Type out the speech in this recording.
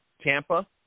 Tampa